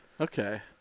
Okay